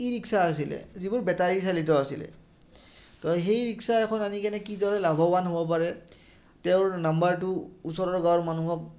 ই rickshaw আছিলে যিবোৰ battery চালিত আছিলে তো সেই ৰিক্সা এখন আনি কেনে কিদৰে লাভৱান হ'ব পাৰে তেওঁৰ নাম্বাৰটো ওচৰৰ গাঁৱৰ মানুহক